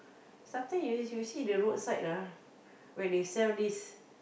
sometime you you you see the roadside lah when they sell this